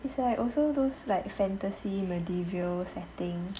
is like also those like fantasy medieval setting